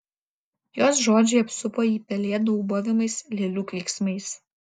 jos žodžiai apsupo jį pelėdų ūbavimais lėlių klyksmais